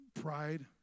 pride